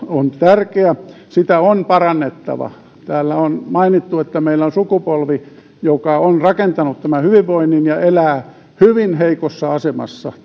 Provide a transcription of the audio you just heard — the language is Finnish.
on tärkeä on parannettava täällä on mainittu että meillä on sukupolvi joka on rakentanut tämän hyvinvoinnin ja elää hyvin heikossa asemassa